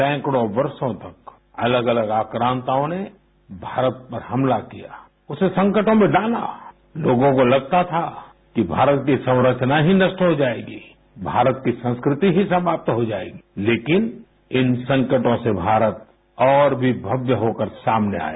सैकड़ों वर्षों तक अलग अलग आक्रांताओं ने भारत पर हमला किया उसे संकटों में डाला लोगों को लगता था कि भारत की संरचना ही नष्ट हो जाएगी भारत की संस्कृति ही समाप्त हो जाएगी लेकिन इन संकटों से भारत और भी भव्य होकर सामने आया